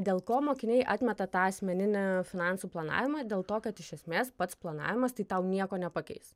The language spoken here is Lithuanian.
dėl ko mokiniai atmeta tą asmeninį finansų planavimą dėl to kad iš esmės pats planavimas tai tau nieko nepakeis